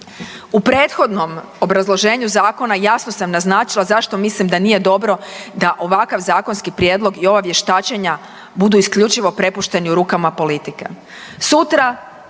U prethodnom obrazloženju zakona jasno sam naznačila zašto mislim da nije dobro da ovakav zakonski prijedlog i ova vještačenja budu isključivo prepušteni u rukama politike. Sutra